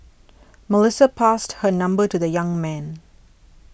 Melissa passed her number to the young man